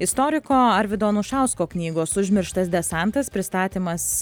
istoriko arvydo anušausko knygos užmirštas desantas pristatymas